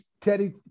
teddy